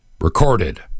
recorded